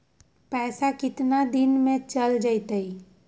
पैसा कितना दिन में चल जतई?